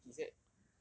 he he said